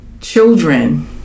children